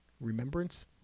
remembrance